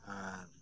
ᱟᱨ